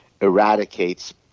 eradicates